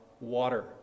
water